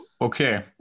Okay